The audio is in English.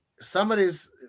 Somebody's